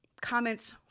comments